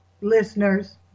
listeners